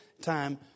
time